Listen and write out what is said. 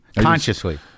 Consciously